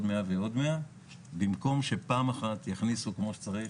100 במקום שפעם אחת יכניסו את זה כמו שצריך.